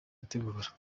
gutegura